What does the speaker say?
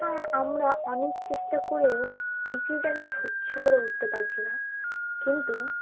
হ্যাঁ আমরা অনেক চেষ্টা করেও পৃথিবীটাকে সহ্য করে উঠতে পারছি না কিন্তু